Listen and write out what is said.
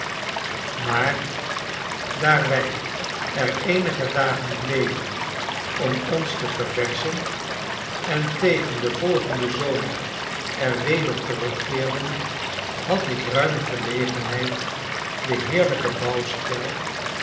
maar daar wij er eenige dagen bleven om ons te ververschen en tegen den volgenden zomer er weder terugkeerden had ik ruime gelegenheid den heerlijken